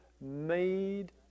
made